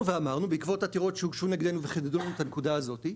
בעקבות עתירות שהוגשו נגדנו וחידדו לנו את הנקודה הזאת,